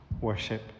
worship